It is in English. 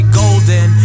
golden